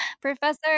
professor